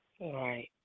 Right